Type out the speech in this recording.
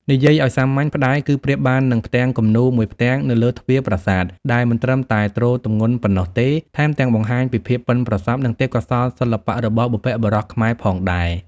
និយាយឱ្យសាមញ្ញ ផ្តែរ គឺប្រៀបបាននឹង "ផ្ទាំងគំនូរ" មួយផ្ទាំងនៅលើទ្វារប្រាសាទ ដែលមិនត្រឹមតែទ្រទម្ងន់ប៉ុណ្ណោះទេ ថែមទាំងបង្ហាញពីភាពប៉ិនប្រសប់ និងទេពកោសល្យសិល្បៈរបស់បុព្វបុរសខ្មែរផងដែរ។